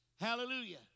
Hallelujah